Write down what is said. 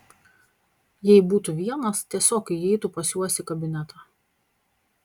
jei būtų vienas tiesiog įeitų pas juos į kabinetą